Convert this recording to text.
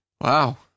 Wow